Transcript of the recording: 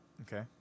Okay